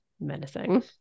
menacing